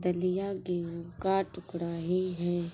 दलिया गेहूं का टुकड़ा ही है